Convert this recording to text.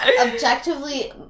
Objectively